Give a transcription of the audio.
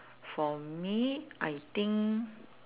for me I think